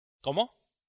¿Cómo